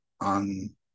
on